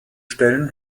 stellen